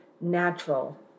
natural